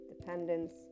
dependence